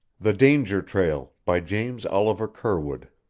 the danger trail by james oliver curwood